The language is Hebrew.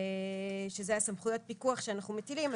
שאלה סמכויות הפיקוח שאנחנו מטילים.